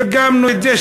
תרגמנו את זה,